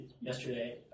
yesterday